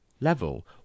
level